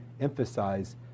emphasize